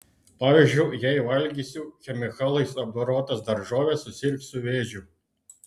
pavyzdžiui jei valgysiu chemikalais apdorotas daržoves susirgsiu vėžiu